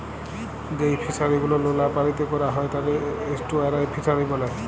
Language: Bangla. যেই ফিশারি গুলো লোলা পালিতে ক্যরা হ্যয় তাকে এস্টুয়ারই ফিসারী ব্যলে